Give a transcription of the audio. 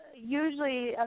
usually